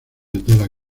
tela